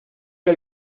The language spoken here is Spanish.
que